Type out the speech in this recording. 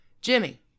jimmy